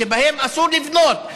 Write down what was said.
ובהן אסור לבנות,